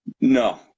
No